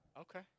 Okay